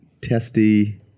testy